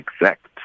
exact